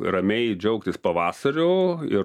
ramiai džiaugtis pavasariu ir